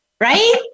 right